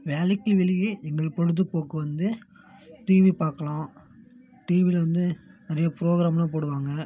வேலைக்கு வெளியே எங்கள் பொழுதுப்போக்கு வந்து டிவி பார்க்கலாம் டிவியில வந்து நிறைய ப்ரோக்ராம்லாம் போடுவாங்க